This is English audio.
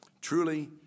Truly